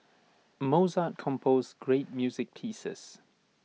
Mozart composed great music pieces